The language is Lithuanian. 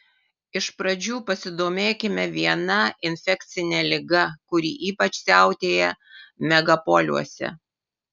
iš pradžių pasidomėkime viena infekcine liga kuri ypač siautėja megapoliuose